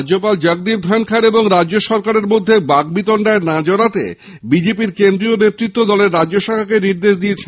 রাজ্যপাল জগদীপ ধনখড় এবং রাজ্য সরকারের মধ্যে বাগ বিতন্ডায় না জড়াতে বিজেপি র কেন্দ্রীয় নেতৃত্ব দলের রাজ্য শাখাকে নির্দেশ দিয়েছেন